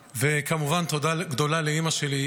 וכמובן, תודה גדולה לאימא שלי.